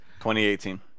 2018